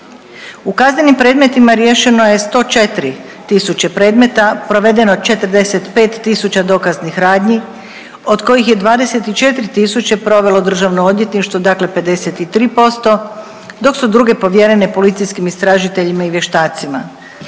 U kaznenim predmeta riješeno je 104 tisuće predmeta, provedeno 45 tisuća dokaznih radnji od kojih je 24 tisuće provelo Državno odvjetništvo dakle, 53% dok su druge povjerene policijskim istražiteljima i vještacima.